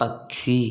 పక్షి